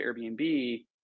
Airbnb